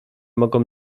mogą